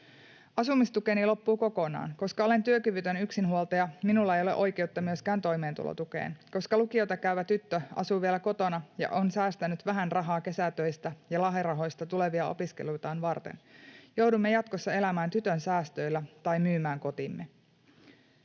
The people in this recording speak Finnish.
”Asumistukeni loppuu kokonaan. Koska olen työkyvytön yksinhuoltaja, minulla ei ole oikeutta myöskään toimeentulotukeen, koska lukiota käyvä tyttö asuu vielä kotona ja on säästänyt vähän rahaa kesätöistä ja lahjarahoista tulevia opiskeluitaan varten. Joudumme jatkossa elämään tytön säästöillä tai myymään kotimme.”